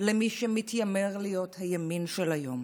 למי שמתיימר להיות הימין של היום,